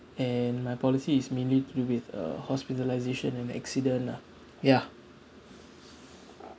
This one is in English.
and my policy is mainly through this uh hospitalisation and accident lah ya